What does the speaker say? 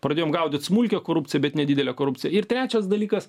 pradėjom gaudyt smulkią korupciją bet ne didelę korupcija ir trečias dalykas